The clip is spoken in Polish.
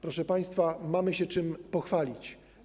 Proszę państwa, mamy się czym pochwalić.